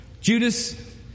Judas